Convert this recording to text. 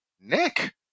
Nick